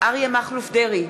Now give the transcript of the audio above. אריה מכלוף דרעי,